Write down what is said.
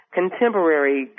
contemporary